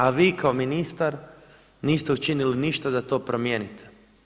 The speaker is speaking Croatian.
A vi kao ministar niste učinili ništa da to promijenite.